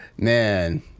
Man